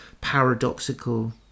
paradoxical